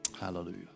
Hallelujah